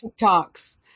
TikToks